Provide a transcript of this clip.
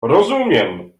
rozumiem